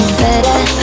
better